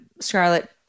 Scarlett